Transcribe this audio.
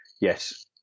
yes